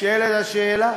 נשאלת השאלה.